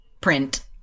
print